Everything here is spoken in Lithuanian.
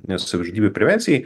nes savyžudybių prevencijai